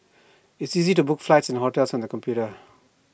IT is easy to book flights and hotels on the computer